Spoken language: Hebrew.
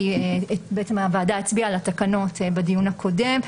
כי בעצם הוועדה הצביעה על התקנות בדיון הקודם.